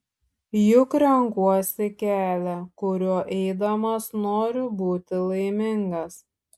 juk renkuosi kelią kuriuo eidamas noriu būti laimingas